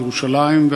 ירושלים,